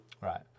Right